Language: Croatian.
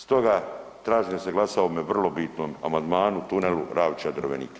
Stoga tražim da se glasa o ovome vrlo bitnom amandmanu, tunelu Ravča-Drvenik.